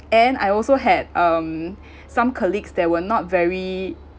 and I also had um some colleagues that were not very